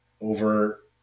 over